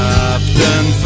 Captain